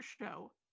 show